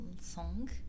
song